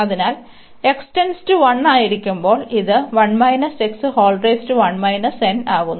അതിനാൽ ആയിരിക്കുമ്പോൾ ഇത് ആകുന്നു